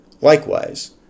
Likewise